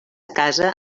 casa